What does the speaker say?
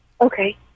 Okay